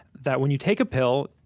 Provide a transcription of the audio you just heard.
that when you take a pill,